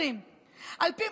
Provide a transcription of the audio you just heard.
גברתי,